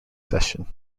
session